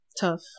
tough